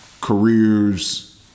careers